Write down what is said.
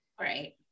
Right